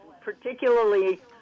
particularly